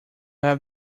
have